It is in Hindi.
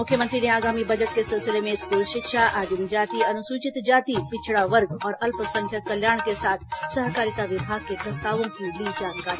मुख्यमंत्री ने आगामी बजट के सिलसिले में स्कूल शिक्षा आदिम जाति अनुसूचित जाति पिछड़ा वर्ग और अल्पसंख्यक कल्याण के साथ सहकारिता विभाग के प्रस्तावों की ली जानकारी